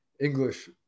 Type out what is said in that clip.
English